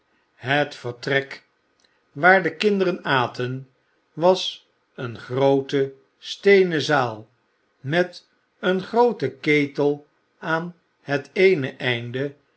het vertrek waar de kinderen aten was eene groote steenen zaal met een grooten ketel aan het eene einde